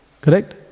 Correct